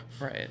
right